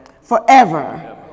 Forever